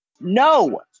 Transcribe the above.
No